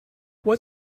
what